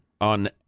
on